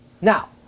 Now